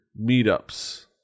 meetups